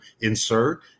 insert